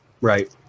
right